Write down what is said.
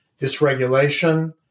dysregulation